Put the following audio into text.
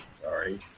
sorry